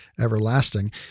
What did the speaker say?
everlasting